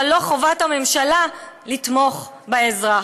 אבל לא חובת הממשלה לתמוך באזרח".